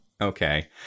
Okay